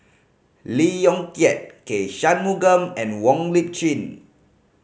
Lee Yong Kiat K Shanmugam and Wong Lip Chin